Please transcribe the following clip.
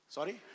Sorry